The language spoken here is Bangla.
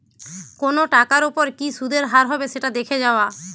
কোনো টাকার ওপর কি সুধের হার হবে সেটা দেখে যাওয়া